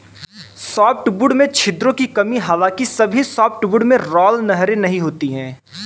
softwood में छिद्रों की कमी हालांकि सभी सॉफ्टवुड में राल नहरें नहीं होती है